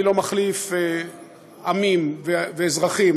אני לא מחליף עמים ואזרחים,